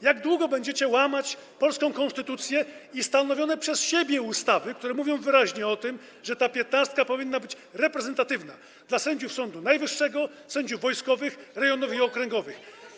Jak długo będziecie łamać polską konstytucję i stanowione przez siebie ustawy, które mówią wyraźnie o tym, że ta piętnastka powinna być reprezentatywna dla sędziów Sądu Najwyższego, sędziów wojskowych, rejonowych i okręgowych?